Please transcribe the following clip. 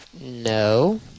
No